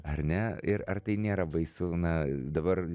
ar ne ir ar tai nėra baisu na dabar